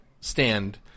stand